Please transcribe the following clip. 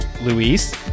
Luis